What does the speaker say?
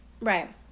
Right